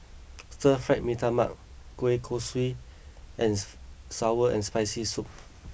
Stir Fried Mee Tai Mak Kueh Kosui and Sour and Spicy Soup